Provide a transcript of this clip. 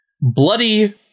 Bloody